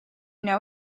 know